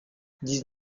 dix